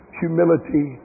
humility